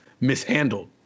mishandled